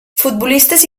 futbolistes